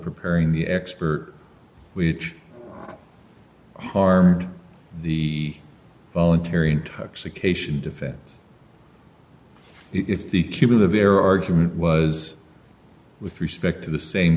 preparing the expert which harmed the voluntary intoxication defense if the cube of their argument was with respect to the same